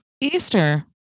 easter